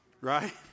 Right